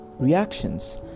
Reactions